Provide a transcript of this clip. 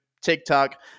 TikTok